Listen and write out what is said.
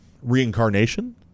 reincarnation